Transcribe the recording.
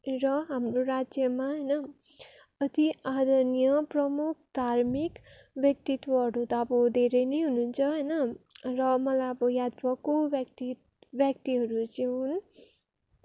र हाम्रो राज्यमा होइन अति आदरनीय प्रमुख धार्मिक वक्तित्वहरू त अब धेरै नै हुनुहुन्छ होइन र मलाई अब याद भएको व्यक्तित्व व्याक्तिहरू चाहिँ हुन्